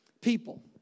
people